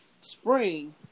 spring